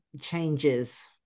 changes